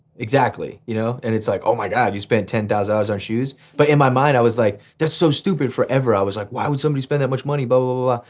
exactly, you know, and it's like, oh my god, you spent ten thousand dollars on shoes? but in my mind i was like, that's so stupid. forever, i was like, why would somebody spend that much money, but blah blah blah